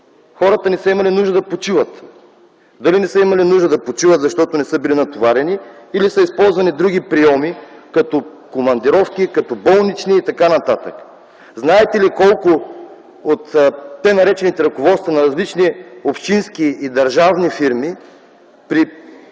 хората не са имали нужда да почиват. Дали не са имали нужда да почиват, защото не са били натоварени или са използвани други приоми като командировки, като болнични и т.н. Знаете ли на колко от т. нар. ръководства на различни общински и държавни фирми, при